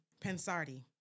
Pensardi